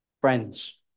Friends